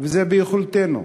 וזה ביכולתנו.